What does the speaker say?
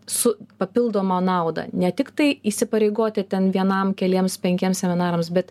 su papildoma nauda ne tik tai įsipareigoti ten vienam keliems penkiems seminarams bet